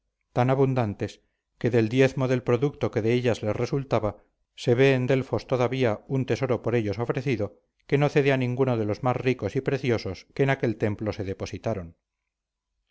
tan abundantes que del diezmo del producto que de ellas les resultaba se ve en delfos todavía un tesoro por ellos ofrecido que no cede a ninguno de los más ricos y preciosos que en aquel templo se depositaron